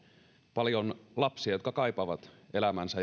paljon lapsia jotka kaipaavat elämäänsä